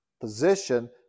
position